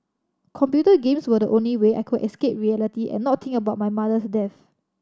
computer games were the only way I could escape reality and not think about my mother's death